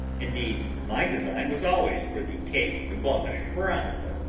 indeed, my design was always for the cape de bona speranza,